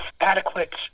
adequate